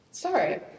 Sorry